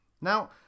Now